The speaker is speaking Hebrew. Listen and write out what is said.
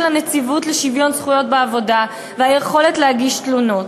הנציבות לשוויון זכויות בעבודה והיכולת להגיש תלונות.